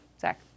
Zach